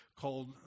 called